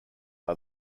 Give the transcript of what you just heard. are